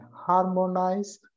harmonize